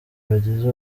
bagize